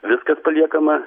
viskas paliekama